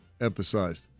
emphasized